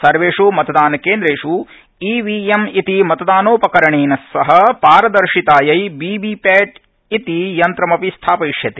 सर्वेष् मतदानकेन्द्रेष् ईवीएम इति मतदानोपकरणेन सह पारदर्शितायै वीवीपैट इति यन्त्रमपि स्थापयिष्यते